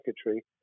secretary